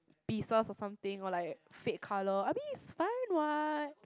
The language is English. pieces or something or like fade colour I mean is fine what